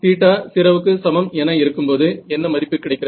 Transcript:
θ 0 என இருக்கும்போது என்ன மதிப்பு கிடைக்கிறது